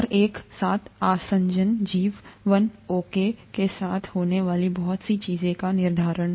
और एक साथ आसंजन जीवन ओके के साथ होने वाली बहुत सी चीजों का निर्धारण